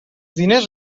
diners